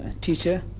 teacher